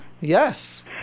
Yes